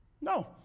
No